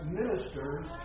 ministers